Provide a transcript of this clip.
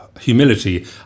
Humility